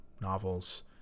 novels